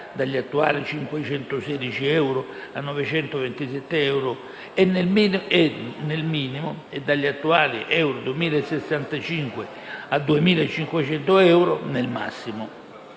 (dagli attuali 516 euro a 927 euro nel minimo e dagli attuali 2.065 euro a 2.500 euro, nel massimo).